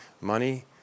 Money